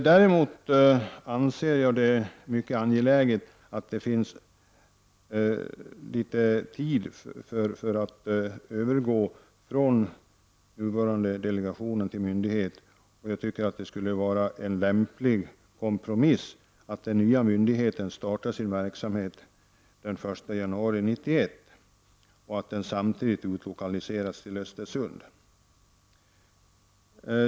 Däremot anser jag det mycket angeläget att ge delegationen tid under dess övergång till myndighet. Jag tycker att det skulle kunna vara en lämplig kompromiss att den nya myndigheten startar sin verksamhet den 1 januari 1991 och att den samtidigt utlokaliseras till Östersund.